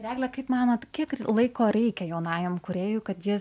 ir egle kaip manot kiek laiko reikia jaunajam kūrėjui kad jis